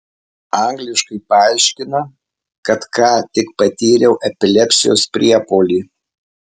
angliškai paaiškina kad ką tik patyriau epilepsijos priepuolį